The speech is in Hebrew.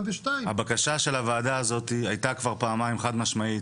של הוועדה הזאת היתה כבר פעמיים חד משמעית,